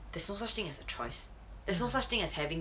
there's no such thing as a choice there's no such thing as having